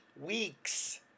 weeks